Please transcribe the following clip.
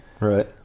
right